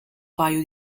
paio